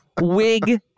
Wig